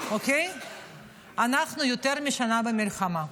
אנחנו יותר משנה במלחמה.